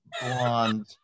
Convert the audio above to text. blonde